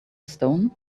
stone